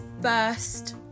first